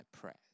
prayers